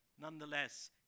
Nonetheless